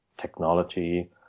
technology